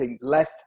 less